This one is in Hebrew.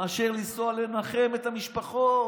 מאשר לנסוע לנחם את המשפחות.